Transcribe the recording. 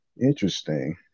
Interesting